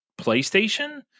PlayStation